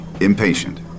Impatient